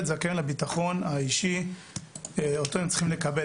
זכאים לביטחון האישי אותו הם צריכים לקבל,